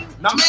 Now